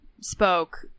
spoke